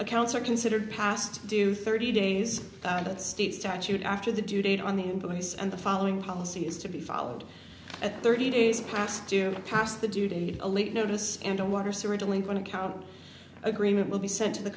accounts are considered past due thirty days of that state statute after the due date on the invoice and the following policy is to be followed at thirty days past due past the due date a late notice and a water sewer delinquent account agreement will be sent to the